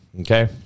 Okay